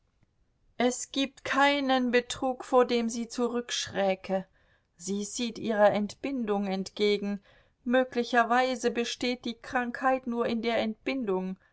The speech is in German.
es gibt keinen betrug vor dem sie zurückschräke sie sieht ihrer entbindung entgegen möglicherweise besteht die krankheit nur in der entbindung